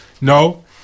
no